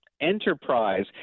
enterprise